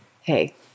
Hey